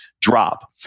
drop